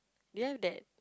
do you have that